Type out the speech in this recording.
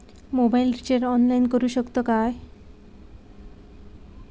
Mobile recharge online करुक शकतू काय?